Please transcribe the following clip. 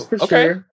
okay